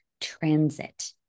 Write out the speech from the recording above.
transit